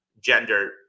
gender